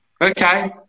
Okay